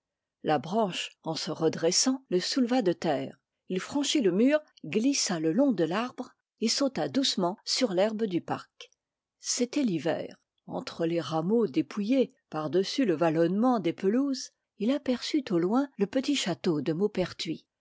la branche en se redressant le souleva de terre il franchit le mur glissa le long de l'arbre et sauta doucement sur l'herbe du parc c'était l'hiver entre les rameaux dépouillés par-dessus le vallonnement des pelouses il aperçut au loin le petit château de maupertuis